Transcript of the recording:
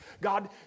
God